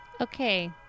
Okay